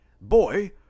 Boy